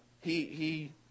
he—he